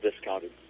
discounted